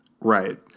Right